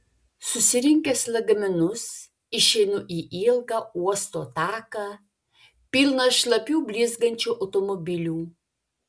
susirinkęs lagaminus išeinu į ilgą uosto taką pilną šlapių blizgančių automobilių